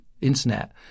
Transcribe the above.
internet